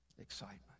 excitement